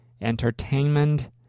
entertainment